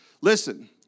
Listen